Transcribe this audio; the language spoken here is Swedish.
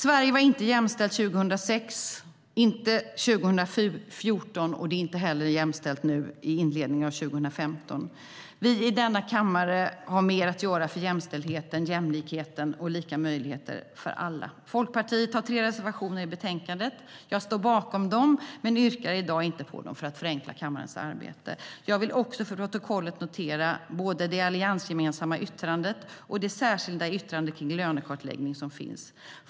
Sverige var inte jämställt 2006 och inte 2014. Det är inte heller jämställt nu i inledningen av 2015. Vi i denna kammare har mer att göra för jämställdheten, jämlikheten och lika möjligheter för alla. Folkpartiet har tre reservationer i betänkandet. Jag står bakom dem, men för att förenkla kammarens arbete yrkar jag inte på dem. Jag vill också för protokollet notera både det alliansgemensamma yttrandet och det särskilda yttrande kring lönekartläggning som finns.